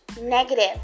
negative